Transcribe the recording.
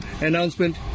announcement